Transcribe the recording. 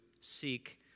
seek